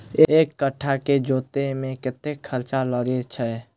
एक कट्ठा केँ जोतय मे कतेक खर्चा लागै छै?